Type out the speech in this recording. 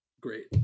great